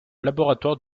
laboratoire